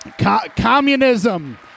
Communism